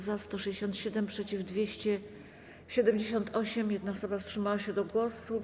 Za - 167, przeciw - 278, 1 osoba wstrzymała się od głosu.